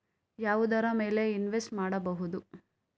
ಯಾವುದರ ಮೇಲೆ ಇನ್ವೆಸ್ಟ್ ಮಾಡಬಹುದು?